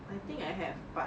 I think I have but